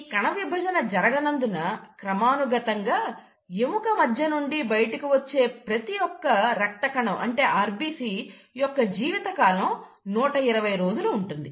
ఈ కణ విభజన జరగనందున క్రమానుగతంగా ఎముక మజ్జ నుండి బయటకు వచ్చే ప్రతి ఒక్క ఎర్ర రక్త కణం యొక్క జీవితకాలం 120 రోజులు ఉంటుంది